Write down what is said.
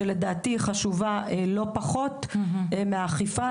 שלדעתי היא חשובה לא פחות מהאכיפה.